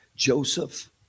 Joseph